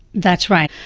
that's right.